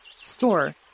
store